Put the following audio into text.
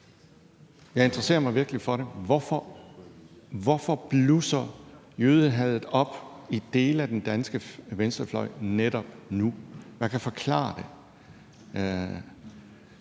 Jeg interesserer mig virkelig for det. Hvorfor blusser jødehadet op i dele af den danske venstrefløj netop nu? Hvad kan forklare det?